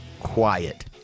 quiet